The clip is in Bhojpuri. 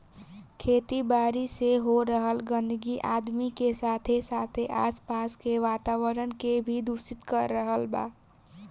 खेती बारी से हो रहल गंदगी आदमी के साथे साथे आस पास के वातावरण के भी दूषित कर रहल बा